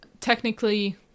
technically